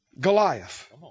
Goliath